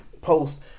post